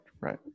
right